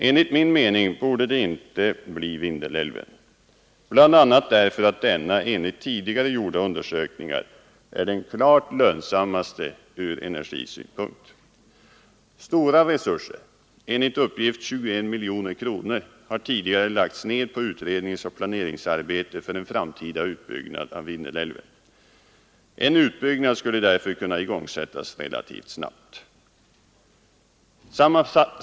Enligt min mening borde det inte bli Vindelälven, bl.a. därför att denna enligt tidigare gjorda undersökningar är den klart lönsammaste ur energisynpunkt. Stora resurser — enligt uppgift 21 miljoner kronor — har tidigare lagts ned på utredningsoch planeringsarbete för en framtida utbyggnad av Vindelälven. En utbyggnad skulle därför kunna igångsättas relativt snabbt.